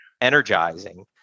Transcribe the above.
energizing